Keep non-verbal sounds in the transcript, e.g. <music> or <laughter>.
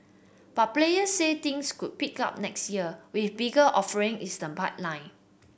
but players say things could pick up next year with bigger offering in <unintelligible> the pipeline